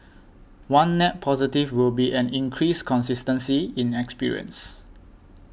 one net positive will be an increased consistency in experience